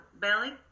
belly